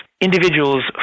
Individuals